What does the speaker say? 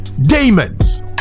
demons